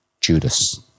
Judas